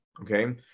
Okay